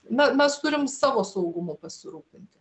na mes turim savo saugumu pasirūpinti